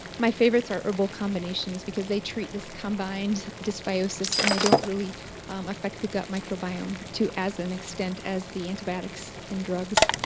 my favorites are herbal combinations because they treat these combined dysbiosis and they don't really affect the gut microbiome to as an extent as the antibiotics and drugs